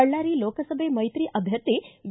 ಬಳ್ಳಾರಿ ಲೋಕಸಭೆ ಮೈತ್ರಿ ಅಭ್ಯರ್ಥಿ ವಿ